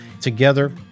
Together